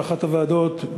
באחת הוועדות,